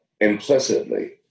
implicitly